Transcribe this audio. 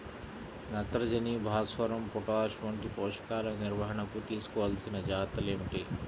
నత్రజని, భాస్వరం, పొటాష్ వంటి పోషకాల నిర్వహణకు తీసుకోవలసిన జాగ్రత్తలు ఏమిటీ?